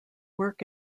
work